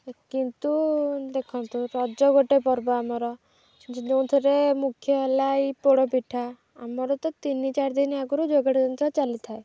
କିନ୍ତୁ ଦେଖନ୍ତୁ ରଜ ଗୋଟେ ପର୍ବ ଆମର ଯେଉଁଥିରେ ମୁଖ୍ୟ ହେଲା ଏଇ ପୋଡ଼ପିଠା ଆମର ତ ତିନି ଚାରି ଦିନ ଆଗରୁ ଯୋଗାଡ଼ଯନ୍ତ୍ର ଚାଲିଥାଏ